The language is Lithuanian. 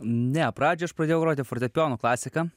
ne pradžioj aš pradėjau groti fortepijono klasiką